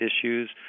issues